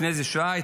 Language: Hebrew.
לפני שעה,